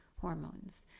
hormones